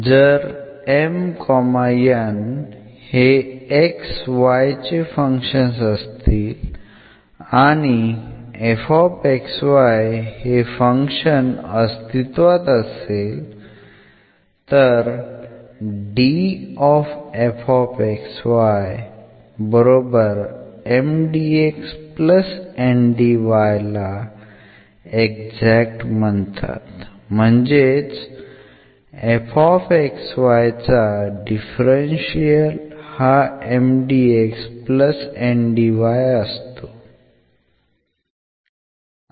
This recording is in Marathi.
जर M N हे x y चे फंक्शन्स असतील आणि हे फिक्शन अस्तित्वात असेल तर ला एक्झॅक्ट म्हणतात म्हणजेच चा डिफरन्शियल हा असतो